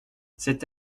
c’est